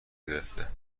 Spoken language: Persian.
گرفته